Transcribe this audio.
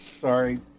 Sorry